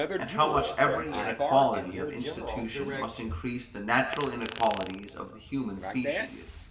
and how much every inequality of institution must increase the natural inequalities of the human species.